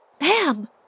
Ma'am